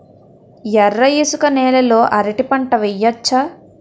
ఎర్ర ఇసుక నేల లో అరటి పంట వెయ్యచ్చా?